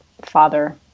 father